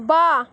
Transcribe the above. বাঁ